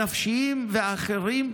הנפשיים והאחרים.